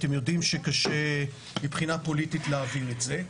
אתם יודעים שקשה מבחינה פוליטית להעביר את זה.